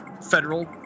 federal